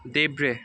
देब्रे